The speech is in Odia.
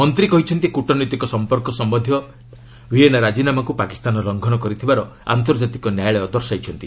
ମନ୍ତ୍ରୀ କହିଛନ୍ତି କ୍ରଟନୈତିକ ସମ୍ପର୍କ ସମ୍ଭନ୍ଧୀୟ ଭିଏନା ରାଜିନାମାକୁ ପାକିସ୍ତାନ ଲଙ୍ଘନ କରିଥିବାର ଆନ୍ତର୍ଜାତିକ ନ୍ୟାୟାଳୟ ଦର୍ଶାଇଛନ୍ତି